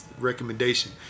recommendation